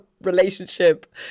relationship